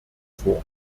vor